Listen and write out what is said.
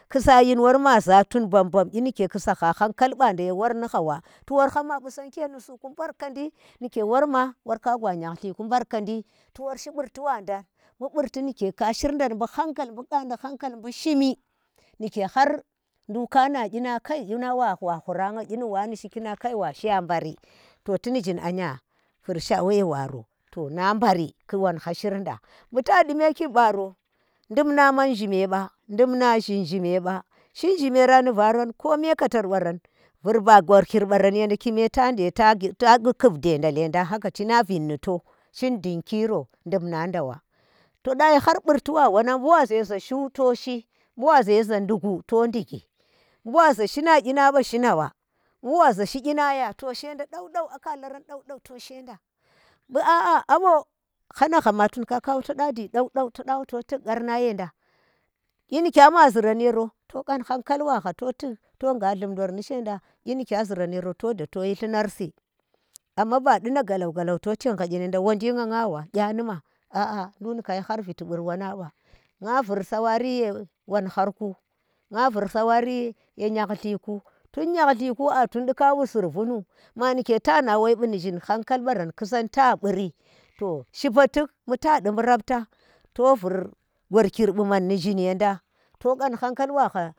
Ki sa kyin wor maza tun bambam kyi nike ku sahha hankal banda ye wor ni ha wa. Tu wor hama ye nusuku mbarkandi nike ku sahha hankan banda ye wor ni ha wa. tu wor hama ye nusuku mbarkandi nike worma, worka gwa hyhallirku mbarkandi tu wor shi burti wanda, bu burti nike ka shirinda bu hankal, bu qandi hankal, bu shimi nike har nduk kana kyi nang kai kyinang wa shiya mbari to ti ni shing anya vur saware waro to na mbari to wanha shinda bu tadi me kibbaro, dumna man zhimeba, dimna zhin zhimeba, chin zhi mera ni varan kome katar waram vur ba ghorkir baran yonda kime tanje ta bu kubdan lendang haka, cina vid ni to chin dinki ro, dumna nda wa. to dayi har burti wa wanang buwa zozashu to shi, bu wa zeza ndu gu to ndigi. bu wa za shina qinaba shina wa bu waza shi ƙyi na ya to shenda dau dau, bu a kalaran din dau to shenda bu a a abo hanagha matun kakawa to daji dau dau to da wa to tuk qar ma yenda kyi ni kyama zirah yoro, to gwadu hankal wanan tuk, to nga ilum doro ndi shenda kyi ni kya ziran yoro toyi llurarsi amma badina galau galau to chin gha yi enda wanji nga nga wa kya numa? nduk ndika yi har viti bur wanang wa nga vur sawari ye won harku nga vur sawari ye nyallirku. Tun nyahllirku a tundi kawu survonu manike tana wai wu ni zhin hankal wu nuzhim kusan ta buri to shipa tik mu tadi bu raftan to vur ghurkir bu man ni zhin yenda to ghan hankal bagha.